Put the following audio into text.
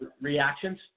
reactions